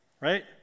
right